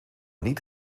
niet